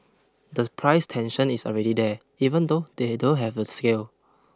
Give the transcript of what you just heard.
the price tension is already there even though they don't have the scale